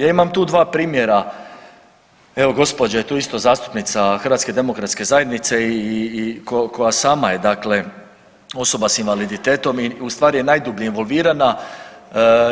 Ja imam tu dva primjera evo gospođa je tu isto zastupnica HDZ-a i koja sama je dakle osoba s invaliditetom i ustvari je najdublje involvirana,